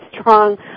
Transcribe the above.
strong